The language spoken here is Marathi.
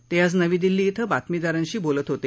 ते आज नवी दिल्ली धिं बातमीदारांशी बोलत होते